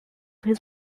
his